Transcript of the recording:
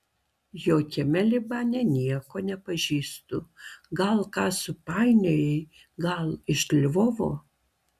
jokiame libane nieko nepažįstu gal ką supainiojai gal iš lvovo